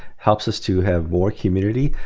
helps us to have more community.